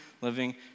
living